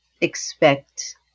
expect